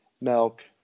milk